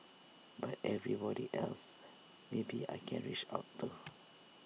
but everybody else maybe I can reach out to